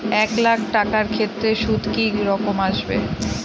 এক লাখ টাকার ক্ষেত্রে সুদ কি রকম আসবে?